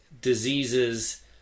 diseases